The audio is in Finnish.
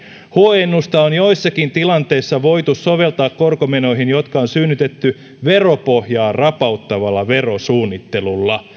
huojennusta on joissakin tilanteissa voitu soveltaa korkomenoihin jotka on synnytetty veropohjaa rapauttavalla verosuunnittelulla